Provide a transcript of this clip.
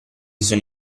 sono